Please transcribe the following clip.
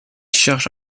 cherche